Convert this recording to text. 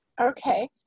Okay